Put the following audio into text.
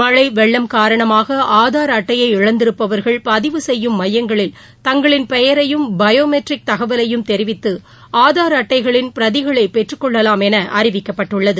மழை வெள்ளம் காரணமாக ஆதார் அட்டையை இழந்திருப்பவர்கள் பதிவு செய்யும் மையங்களில் தங்களின் பெயரையும் பயோ மெட்ரிக் தகவலையும் தெரிவித்து ஆதார் அட்டைகளின் பிரதிகளை பெற்றுக் கொள்ளலாம் என அறிவிக்கப்பட்டுள்ளது